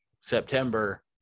September